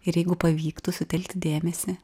ir jeigu pavyktų sutelkti dėmesį